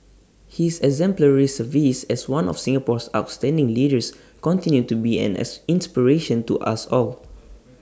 his exemplary service as one of Singapore's outstanding leaders continues to be an as inspiration to us all